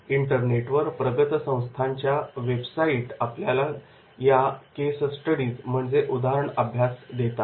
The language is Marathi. इंटरनेटवर प्रगत संस्थांच्या वेबसाइट्स आपल्याला केस स्टडीज देतात